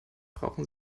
brauchen